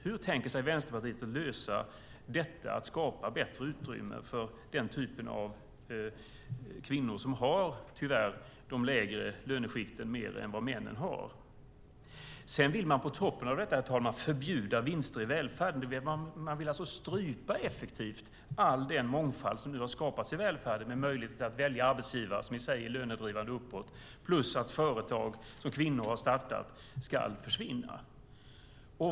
Hur tänker sig Vänsterpartiet att skapa bättre utrymme för den typen av kvinnor, som i större utsträckning än männen finns inom de lägre löneskikten? Sedan vill man på toppen av detta, herr talman, förbjuda vinster i välfärden. Man vill alltså effektivt strypa all den mångfald som har skapats i välfärden med möjlighet att välja arbetsgivare - i sig lönedrivande uppåt - och genom att företag som kvinnor har startat ska försvinna.